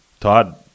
Todd